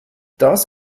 das